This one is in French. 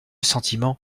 sentiment